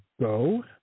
go